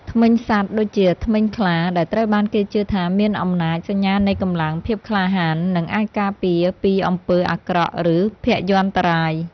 ធ្មេញសត្វ ដូចជា ធ្មេញខ្លា ដែលត្រូវបានគេជឿថាមានអំណាច សញ្ញានៃកម្លាំង ភាពក្លាហាន និងអាចការពារពីអំពើអាក្រក់ ឬភយន្តរាយ។